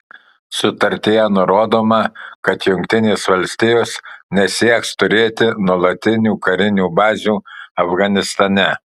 sutartyje nurodoma kad jungtinės valstijos nesieks turėti nuolatinių karinių bazių afganistane